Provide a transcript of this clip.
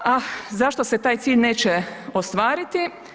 Ah, zašto se taj cilj neće ostvariti?